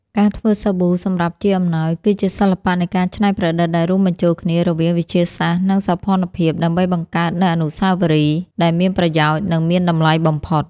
ការធ្វើសាប៊ូសម្រាប់ជាអំណោយ គឺជាសិល្បៈនៃការច្នៃប្រឌិតដែលរួមបញ្ចូលគ្នារវាងវិទ្យាសាស្ត្រ និងសោភ័ណភាព ដើម្បីបង្កើតនូវវត្ថុអនុស្សាវរីយ៍ដែលមានប្រយោជន៍ និងមានតម្លៃបំផុត។